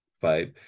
five